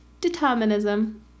determinism